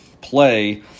play